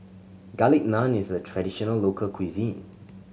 Garlic Naan is a traditional local cuisine